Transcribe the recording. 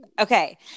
Okay